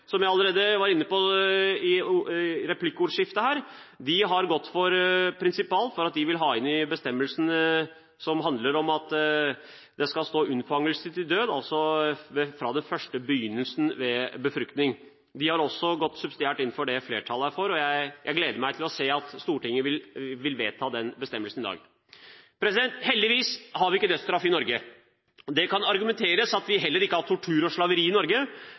Som jeg allerede var inne på i replikkordskiftet, har Kristelig Folkeparti gått for at de prinsipalt vil ha inn bestemmelsen hvor det skal stå at menneskelivet er ukrenkelig fra unnfangelse til død, altså fra «den første begynnelse ved befruktning». Subsidiært går de inn for det flertallet er for, og jeg gleder meg til å se at Stortinget vil vedta den bestemmelsen i dag. Heldigvis har vi ikke dødsstraff i Norge. Det kan argumenteres for at vi heller ikke har tortur og slaveri i Norge,